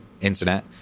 internet